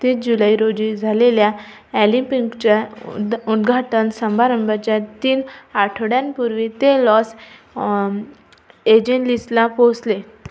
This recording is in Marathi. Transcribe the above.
तीस जुलै रोजी झालेल्या ॲलिम्पिकच्या उद्गा उद्घाटन समारंभाच्या तीन आठवड्यांपूर्वी ते लॉस एजेंलिसला पोहोचले